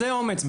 זה אומץ.